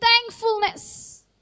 thankfulness